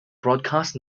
broadcast